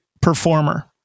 performer